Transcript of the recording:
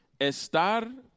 Estar